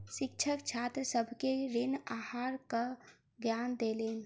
शिक्षक छात्र सभ के ऋण आहारक ज्ञान देलैन